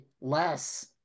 less